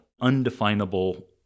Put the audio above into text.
undefinable